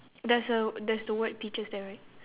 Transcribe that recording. there's a there's the word peaches there right